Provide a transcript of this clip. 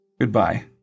Goodbye